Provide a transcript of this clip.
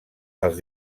els